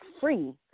free